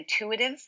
intuitive